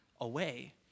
away